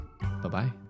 Bye-bye